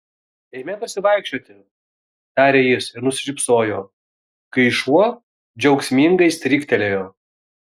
eime pasivaikščioti tarė jis ir nusišypsojo kai šuo džiaugsmingai stryktelėjo